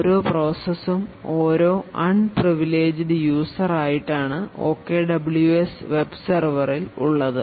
ഓരോ പ്രോസസ്സും ഓരോ unprivileged users ആയിട്ടാണ് OKWS webserverൽ ഉള്ളത്